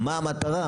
מה המטרה,